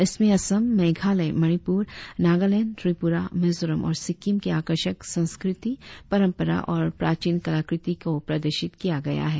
इसमें असम मेघालय मणिपुर नागालैंड त्रिपुरामिजोरम और सिक्किम के आकर्षक संस्कृति परंपरा और प्राचीन कला कृति की प्रदर्शित किया गया है